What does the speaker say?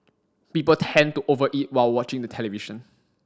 people tend to over eat while watching the television